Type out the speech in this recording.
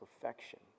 perfection